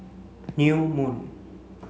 New Moon